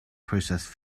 processed